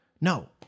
No